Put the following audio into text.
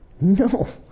no